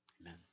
Amen